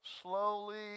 slowly